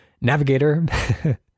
navigator